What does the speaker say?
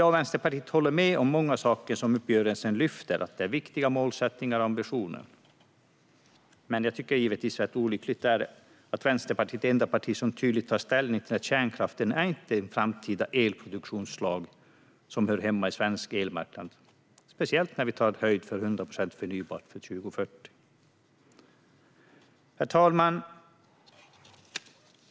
Jag och Vänsterpartiet håller med om många saker som uppgörelsen lyfter; det är viktiga målsättningar och ambitioner. Men jag tycker givetvis att det är olyckligt att Vänsterpartiet är det enda parti som tydligt tar ställning och säger att kärnkraften inte är ett framtida elproduktionsslag som hör hemma på svensk elmarknad, speciellt när vi tar höjd för 100 procent förnybart till 2040. Herr talman!